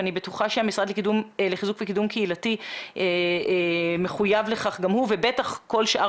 אני בטוחה שהמשרד לחיזוק וקידום קהילתי מחויב לכך גם הוא ובטח גם כל שאר